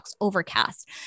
overcast